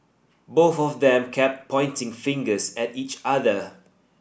both of them kept pointing fingers at each other